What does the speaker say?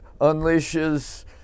unleashes